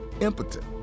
impotent